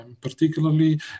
particularly